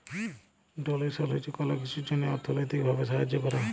ডোলেসল হছে কল কিছুর জ্যনহে অথ্থলৈতিক ভাবে সাহায্য ক্যরা